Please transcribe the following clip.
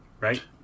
Right